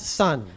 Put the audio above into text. son